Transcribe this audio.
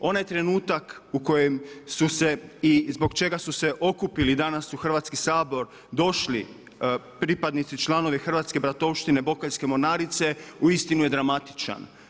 Onaj trenutak u kojem su se i zbog čega su se okupili danas u Hrvatski sabor došli pripadnici članovi Hrvatske bratovštine Bokeljske mornarice uistinu je dramatičan.